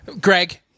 Greg